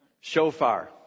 Shofar